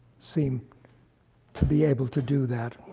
seem to be able to do that.